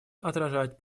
отражать